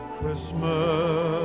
Christmas